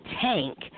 Tank